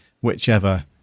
whichever